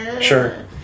Sure